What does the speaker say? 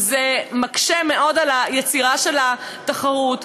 וזה מקשה מאוד על יצירת התחרות.